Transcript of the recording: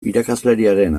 irakasleriaren